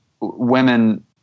women